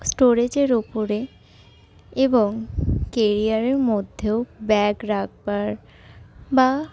স্টোরেজের উপরে এবং কেরিয়ারের মধ্যেও ব্যাগ রাখবার বা